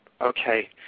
Okay